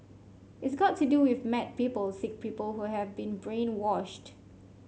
it's got to do with mad people sick people who have been brainwashed